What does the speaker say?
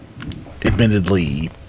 admittedly